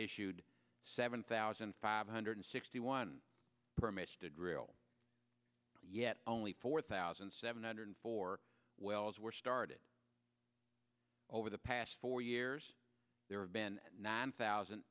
issued seven thousand five hundred sixty one permits to drill yet only four thousand seven hundred four wells were started over the past four years there have been nine thousand